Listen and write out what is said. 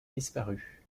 disparue